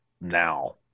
now